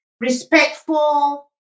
respectful